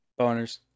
Boners